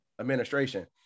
administration